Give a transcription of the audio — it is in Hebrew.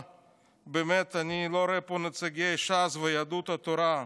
אני לא רואה פה נציגי ש"ס ויהדות התורה,